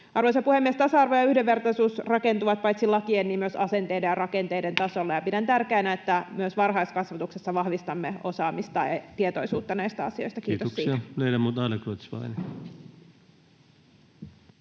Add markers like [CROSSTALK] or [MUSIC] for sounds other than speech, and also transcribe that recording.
Arvoisa puhemies! Tasa-arvo ja yhdenvertaisuus rakentuvat paitsi lakien niin myös asenteiden rakenteiden tasolla, [NOISE] ja pidän tärkeänä, että myös varhaiskasvatuksessa vahvistamme osaamista — tietoisuutta — näistä asioista kiinnostuneille.